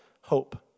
hope